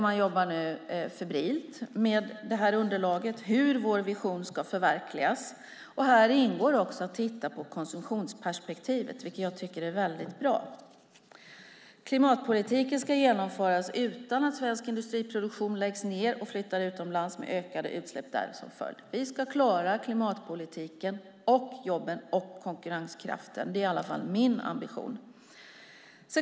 Man jobbar nu febrilt med det här underlaget för hur vår vision ska förverkligas. Här ingår också att titta på konsumtionsperspektivet, vilket jag tycker är mycket bra. Klimatpolitiken ska genomföras utan att svensk industriproduktion läggs ned och flyttar utomlands med ökade utsläpp där som följd. Vi ska klara klimatpolitiken, jobben och konkurrenskraften. Det är i alla fall min ambition.